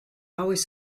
always